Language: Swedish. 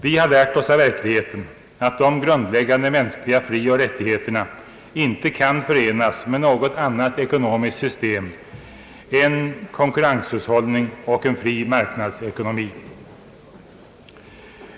Vi har lärt oss av verkligheten att de grundläggande mänskliga frioch rättigheterna inte kan förenas med något annat ekonomiskt system än konkurrenshus hållning och en fri marknadsekonomi.